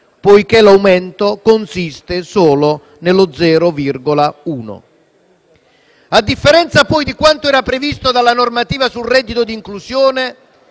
poiché l'aumento consiste solo nello 0,1 per cento. A differenza, poi, di quanto era previsto dalla normativa sul reddito di inclusione,